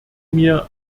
mir